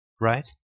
right